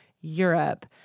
Europe